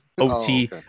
OT